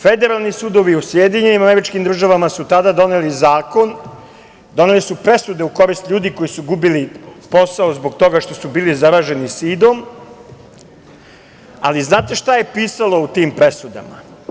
Federalni sudovi u SAD su tada doneli zakon, doneli su presude u korist ljudi koji su gubili posao zbog toga što su bili zaraženi sidom, ali znate šta je pisalo u tim presudama?